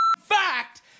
fact